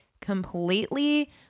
completely